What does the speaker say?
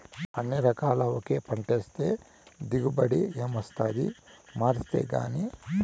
అన్ని కాలాల్ల ఒకే పంటైతే దిగుబడి ఏమొస్తాది మార్సాల్లగానీ